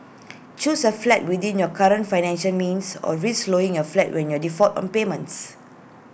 choose A flat within your current financial means or risk losing your flat when your default on payments